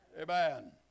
Amen